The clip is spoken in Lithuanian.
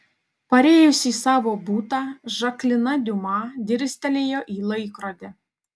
parėjusi į savo butą žaklina diuma dirstelėjo į laikrodį